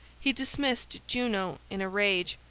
he dismissed juno in a rage,